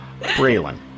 Braylon